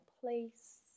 place